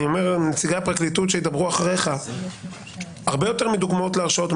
אני אומר לנציגי הפרקליטות שידברו אחריך הרבה יותר מדוגמאות להרשעות,